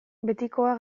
betikoa